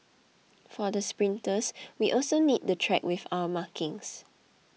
for the sprinters we also need the track with our markings